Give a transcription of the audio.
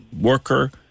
worker